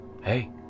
hey